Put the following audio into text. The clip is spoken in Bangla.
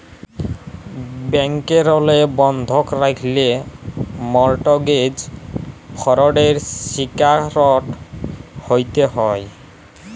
ব্যাংকেরলে বন্ধক রাখল্যে মরটগেজ ফরডের শিকারট হ্যতে হ্যয়